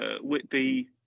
Whitby